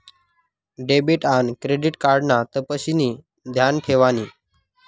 debit आन credit card ना तपशिनी ध्यान ठेवानी